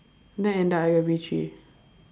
then end up I got B three